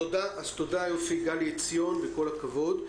תודה גלי עציון, כל הכבוד.